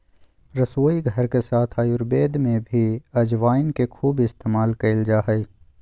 रसोईघर के साथ आयुर्वेद में भी अजवाइन के खूब इस्तेमाल कइल जा हइ